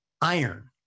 iron